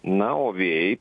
na o vėjai